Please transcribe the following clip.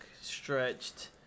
stretched